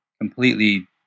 completely